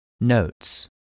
Notes